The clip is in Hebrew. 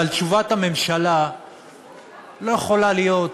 אבל תשובת הממשלה לא יכולה להיות "לא"